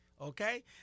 Okay